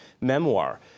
memoir